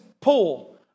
pool